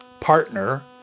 partner